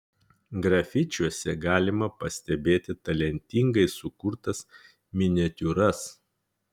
grafičiuose galima pastebėti talentingai sukurtas miniatiūras